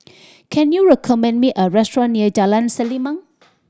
can you recommend me a restaurant near Jalan Selimang